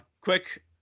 quick